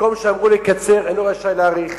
במקום שאמרו לקצר אינו רשאי להאריך,